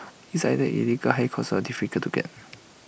it's either illegal high cost or difficult to get